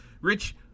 Rich